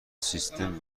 سیستم